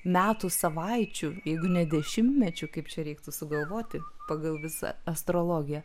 metų savaičių jeigu ne dešimtmečių kaip čia reiktų sugalvoti pagal visą astrologiją